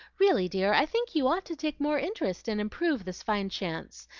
really, dear, i think you ought to take more interest and improve this fine chance.